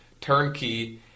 turnkey